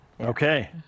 Okay